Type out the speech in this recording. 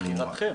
זה בחירתכם.